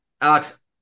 Alex